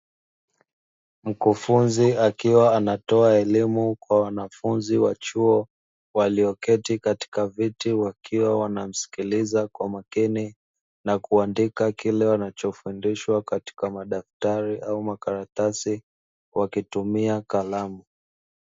Mkufunzi akiwa anatoa elimu kwa wanafunzi wa chuo, walioketi katika viti wakiwa wanamsikiliza kwa makini, na kuandika kile wanachofundishwa katika madaftari au makaratasi wakitumia kalamu.